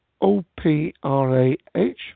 O-P-R-A-H